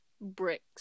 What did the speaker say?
bricks